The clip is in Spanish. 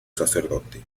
sacerdote